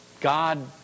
God